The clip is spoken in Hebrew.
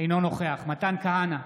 אינו נוכח מתן כהנא,